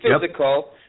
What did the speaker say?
physical